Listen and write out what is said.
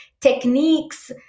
techniques